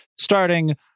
starting